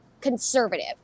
conservative